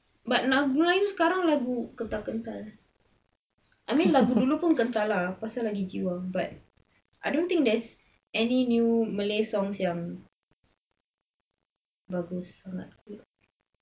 but lagu melayu sekarang lagu gentar-gentar I mean lagu dulu pun gentar lah pasal lagi jiwang but I don't think there is any new malay songs yang bagus sangat kot